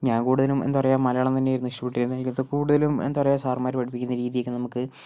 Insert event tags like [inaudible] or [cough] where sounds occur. ഞാൻ കൂടുതലും എന്താ പറയുക മലയാളം തന്നെയായിരുന്നു [unintelligible] കൂടുതലും എന്താ പറയുക സാറമ്മാർ പഠിപ്പിക്കുന്ന രീതിയൊക്കെ നമുക്ക്